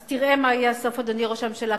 אז תראה מה יהיה הסוף, אדוני ראש הממשלה.